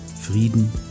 Frieden